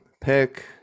pick